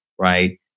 right